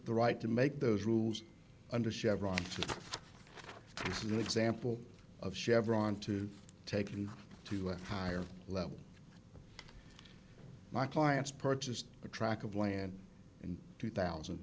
the right to make those rules under chevron look sample of chevron to taken to a higher level my clients purchased a track of land in two thousand